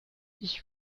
ich